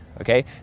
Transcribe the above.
Okay